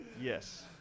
Yes